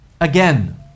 again